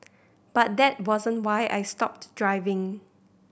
but that wasn't why I stopped driving